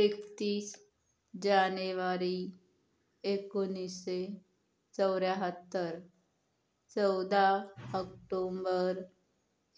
एकतीस जानेवारी एकोणिसशे चौऱ्याहत्तर चौदा आक्टोम्बर